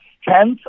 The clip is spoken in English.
Hence